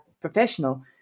professional